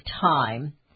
time